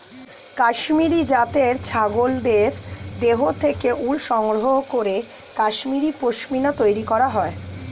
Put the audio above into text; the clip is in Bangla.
কাশ্মীরি জাতের ছাগলের দেহ থেকে উল সংগ্রহ করে কাশ্মীরি পশ্মিনা তৈরি করা হয়